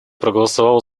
проголосовала